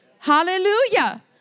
Hallelujah